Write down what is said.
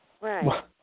right